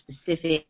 specific